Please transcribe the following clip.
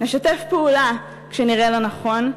נשתף פעולה כשנראה לנכון,